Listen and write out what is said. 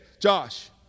Josh